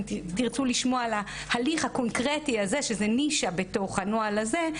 אם תרצו לשמוע על ההליך הקונקרטי הזה שזה נישה בתוך הנוהל הזה,